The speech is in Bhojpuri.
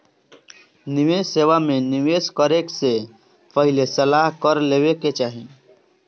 निवेश सेवा में निवेश करे से पहिले सलाह कर लेवे के चाही